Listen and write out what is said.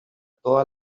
toda